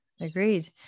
Agreed